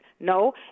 No